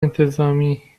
انتظامی